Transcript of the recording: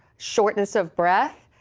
shortness of breath,